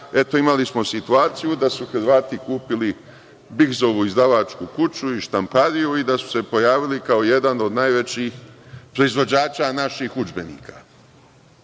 smo situaciju da su Hrvati kupili „Bigzovu“ izdavačku kuću i štampariju i da su se pojavili kao jedan od najvećih proizvođača naših udžbenika. To